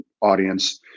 audience